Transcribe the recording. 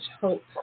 hope